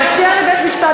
לאפשר לבית-משפט,